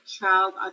child